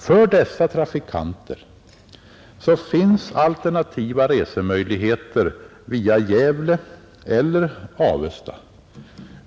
För dessa trafikanter finns alternativa resemöjligheter via Gävle eller Avesta.